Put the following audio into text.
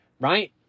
right